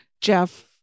Jeff